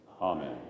Amen